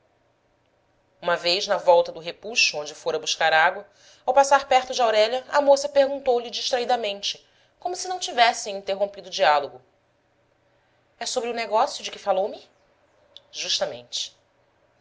uma vez na volta do repuxo onde fora buscar água ao passar perto de aurélia a moça perguntoulhe distraidamente como se não tivessem interrompido o diálogo é sobre o negócio de que falou-me justamente